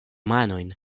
manojn